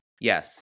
Yes